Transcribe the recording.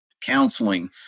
counseling